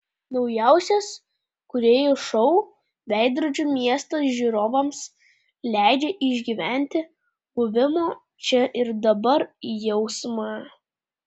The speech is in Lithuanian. naujausias kūrėjų šou veidrodžių miestas žiūrovams leidžia išgyventi buvimo čia ir dabar jausmą